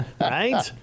right